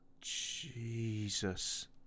Jesus